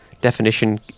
definition